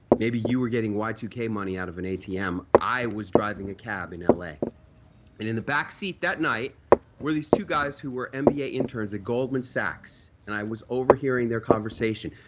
maybe you were getting y two k money out of an a t m. i was driving a cab in l a. and in the backseat that night were these two guys who were m b a. interns at goldman sachs and i was overhearing their conversation.